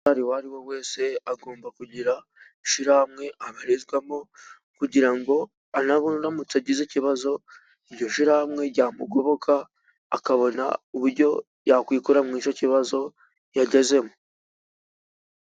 Umumotari uwo ari we wese agomba kugira ishyirahamwe abarizwamo ,kugira ngo aramutse agize ikibazo, iryo shyirarahamwe ryamugoboka akabona uburyo yakwikura muri icyo kibazo yagezemo.